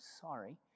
sorry